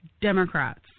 Democrats